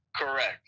Correct